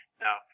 Now